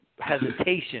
hesitation